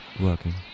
working